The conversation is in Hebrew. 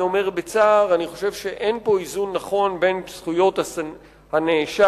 אני אומר בצער: אין איזון נכון של זכויות הנאשם.